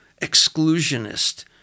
exclusionist